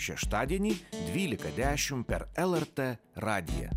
šeštadienį dvylika dešimt per lrt radiją